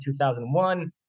2001